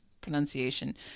pronunciation